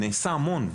נעשה הרבה,